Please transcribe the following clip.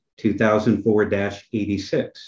2004-86